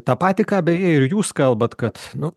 tą patį ką beje ir jūs kalbat kad nu